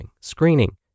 screening